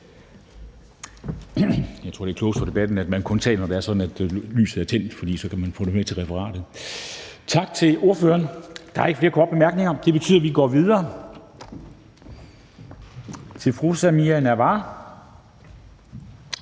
Jeg tror, det er bedst for debatten og klogest, at man kun taler, når det er sådan, at lyset er tændt, for så kan man få det med i referatet. Tak til ordføreren. Der er ikke flere korte bemærkninger, og det betyder, at vi går videre til fru Samira Nawa,